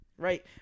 Right